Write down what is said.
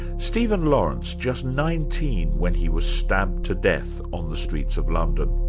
stephen lawrence, just nineteen when he was stabbed to death on the streets of london.